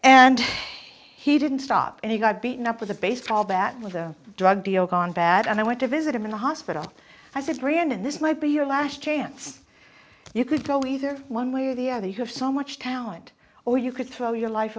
and he didn't stop and he got beaten up with a baseball bat with a drug deal gone bad and i went to visit him in the hospital i said brandon this might be your last chance you could go either one way or the other you have so much talent or you could throw your life